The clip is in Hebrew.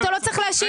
אתה לא צריך להשיב.